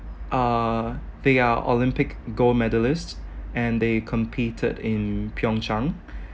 uh they are olympic gold medallists and they competed in pyeongchang